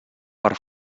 per